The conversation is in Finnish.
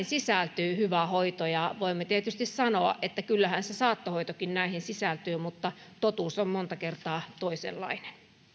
sisältyy hyvä hoito ja voimme tietysti sanoa että kyllähän se saattohoitokin näihin sisältyy mutta totuus on monta kertaa toisenlainen